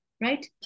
right